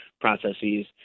processes